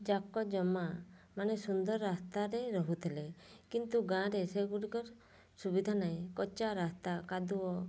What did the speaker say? ଯାକ ଜମା ମାନେ ସୁନ୍ଦର ରାସ୍ତାରେ ରହୁଥିଲେ କିନ୍ତୁ ଗାଁରେ ସେଗୁଡ଼ିକର ସୁବିଧା ନାହିଁ କଚ୍ଚା ରାସ୍ତା କାଦୁଅ